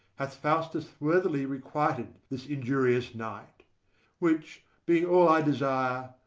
hath faustus worthily requited this injurious knight which being all i desire,